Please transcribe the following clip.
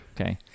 Okay